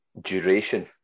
Duration